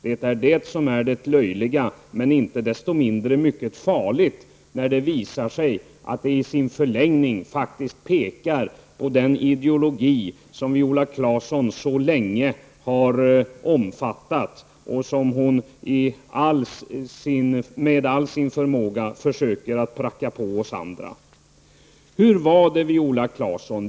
Det är det som är löjligt, men inte desto mindre mycket farligt, när det visar sig att det i sin förlängning faktiskt pekar på den ideologi som Viola Claesson så länge har omfattat och som hon med all sin förmåga försöker pracka på oss andra. Hur var det, Viola Claesson?